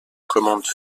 commandes